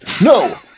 No